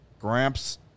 Gramps